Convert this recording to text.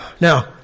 Now